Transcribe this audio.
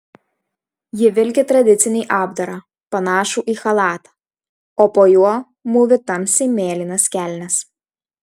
ji vilki tradicinį apdarą panašų į chalatą o po juo mūvi tamsiai mėlynas kelnes